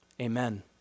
Amen